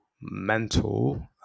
mental